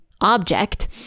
object